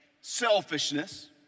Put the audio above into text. selfishness